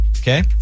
okay